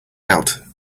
out